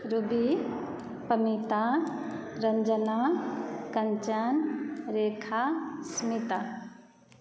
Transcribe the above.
Ruby Pamita Ranjana Kanchan Rekha Smita